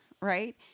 Right